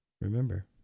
remember